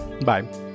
bye